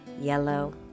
yellow